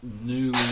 new